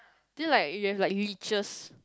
then like you have like religious